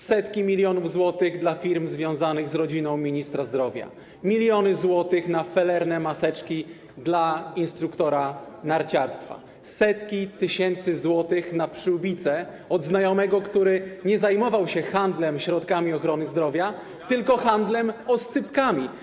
Setki milionów złotych dla firm związanych z rodziną ministra zdrowia, miliony złotych na felerne maseczki dla instruktora narciarstwa, setki tysięcy złotych na przyłbice od znajomego, który nie zajmował się handlem środkami ochrony zdrowia, tylko handlem oscypkami.